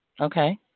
Okay